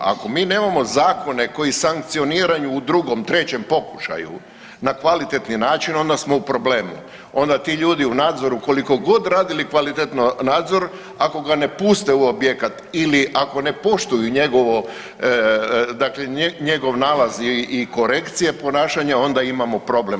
Ako mi nemamo zakone koji sankcioniraju u drugom, trećem pokušaju na kvalitetni način onda smo u problemu, onda ti ljudi u nadzoru koliko god radili kvalitetno nadzor ako ga ne puste u objekat ili ako ne poštuju njegovo, dakle njegov nalaz i korekcije ponašanja onda imamo problem.